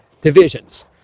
divisions